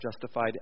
justified